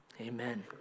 Amen